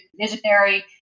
visionary